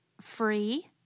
free